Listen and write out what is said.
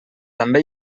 també